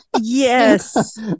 Yes